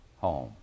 home